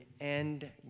end